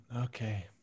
Okay